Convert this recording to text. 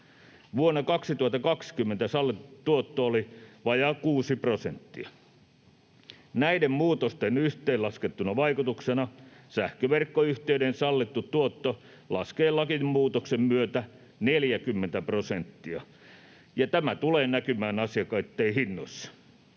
Vuonna 2020 sallittu tuotto oli vajaan 6 prosenttia. Näiden muutosten yhteenlaskettuna vaikutuksena sähköverkkoyhtiöiden sallittu tuotto laskee lakimuutoksen myötä 40 prosenttia, ja tämä tulee näkymään asiakkaille hinnoissa.